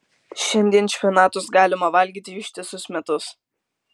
šiandien špinatus galima valgyti ištisus metus